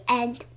end